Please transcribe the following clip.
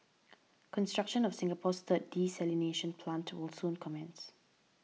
construction of Singapore's third desalination plant will soon commence